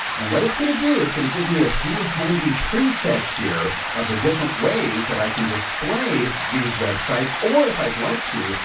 and what it's gonna do, it's gonna give me a few handy presets here, of the different ways that i can display these websites. or, if i'd like to,